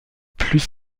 plus